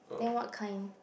then what kind